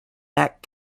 neck